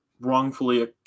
wrongfully